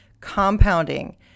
compounding